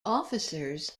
officers